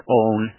own